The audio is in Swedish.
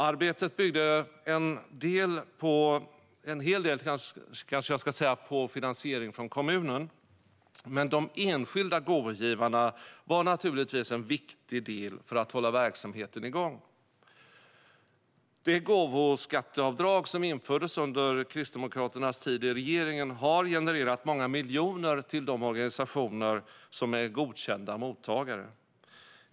Arbetet byggde till en del - till stor del, kanske jag ska säga - på finansiering från kommunen, men de enskilda gåvogivarna var naturligtvis en viktig del för att hålla verksamheten igång. Det gåvoskatteavdrag som infördes under Kristdemokraternas tid i regeringen har genererat många miljoner till de organisationer som är godkända mottagare.